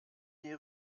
die